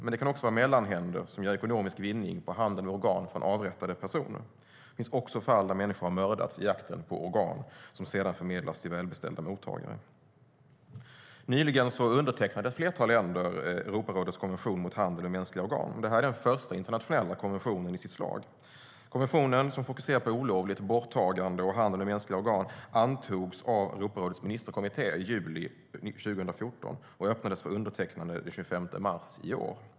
Det kan också vara mellanhänder som gör ekonomisk vinning på handel med organ från avrättade personer. Det finns även fall där människor mördats i jakten på organ, som sedan förmedlas till välbeställda mottagare. Nyligen undertecknade ett flertal länder Europarådets konvention mot handel med mänskliga organ. Detta är den första internationella konventionen i sitt slag. Konventionen, som fokuserar på olovligt borttagande och handel med mänskliga organ, antogs av Europarådets ministerkommitté i juli 2014 och öppnades för undertecknande den 25 mars i år.